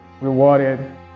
rewarded